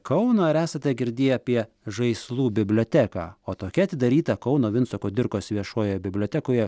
kauną ar esate girdėję apie žaislų biblioteką o tokia atidaryta kauno vinco kudirkos viešojoje bibliotekoje